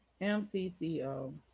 MCCO